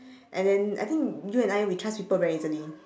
and then I think you and I we trust people very easily